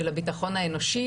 של הביטחון האנושי